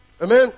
Amen